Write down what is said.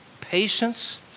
Patience